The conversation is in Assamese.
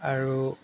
আৰু